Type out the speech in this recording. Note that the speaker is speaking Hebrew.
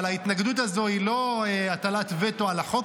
אבל ההתנגדות הזו היא לא הטלת וטו על החוק,